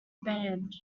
band